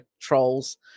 trolls